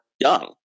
Young